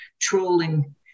trolling